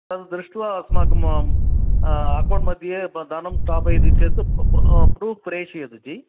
तद् दृष्ट्वा अस्माकं अकौण्ट् मध्ये धनं स्थापयति चेत् प्रूफ़् प्रेषयतु जि